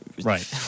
Right